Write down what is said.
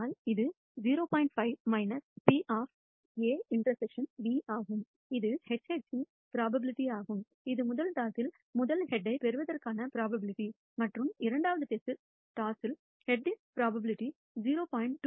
5 P A∩B ஆகும் இது HH இன் ப்ரோபபிலிட்டி ஆகும் இது முதல் டாஸில் முதல் ஹெட்ஜ் பெறுவதற்கான ப்ரோபபிலிட்டி மற்றும் இரண்டாவது டாஸில் ஹெட்யின் ப்ரோபபிலிட்டி 0